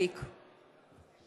אינו נוכח זאב בנימין בגין,